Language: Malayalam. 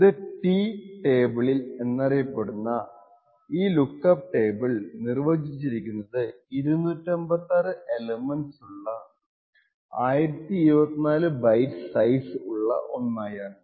ഇത് T ടേബിൾ എന്നറിയപ്പെടുന്ന ഈ ലുക്ക്അപ്പ് ടേബിൾ നിര്വചിച്ചിരിക്കുന്നത് 256 എലെമെൻറ്സ് ഉള്ള 1024 ബൈറ്റ്സ് സൈസ് ഉള്ള ഒന്നായാണ്